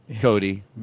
cody